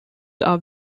are